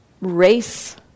Race